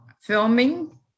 filming